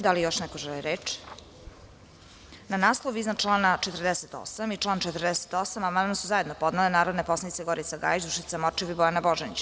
Da li još neko želi reč? (Ne.) Na naslov iznad člana 48. i član 48. amandman su zajedno podnele narodni poslanici Gorica Gajić, Dušica Morčev i Bojana Božanić.